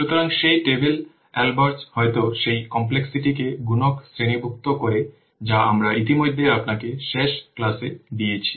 সুতরাং সেই table Albrecht হয়তো সেই কমপ্লেক্সিটিকে গুণক শ্রেণীভুক্ত করে যা আমরা ইতিমধ্যেই আপনাকে শেষ ক্লাসে দিয়েছি